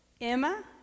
Emma